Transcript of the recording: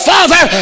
Father